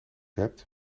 hebt